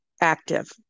active